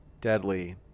deadly